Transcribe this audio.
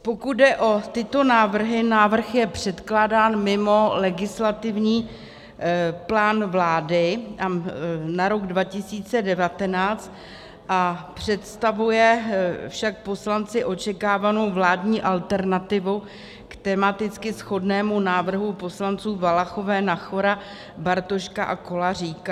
Pokud jde o tyto návrhy, návrh je předkládán mimo legislativní plán vlády na rok 2019, představuje však poslanci očekávanou vládní alternativu k tematicky shodnému návrhu poslanců Valachové, Nachera, Bartoška a Koláříka.